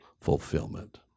fulfillment